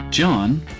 John